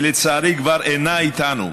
שלצערי כבר אינה איתנו,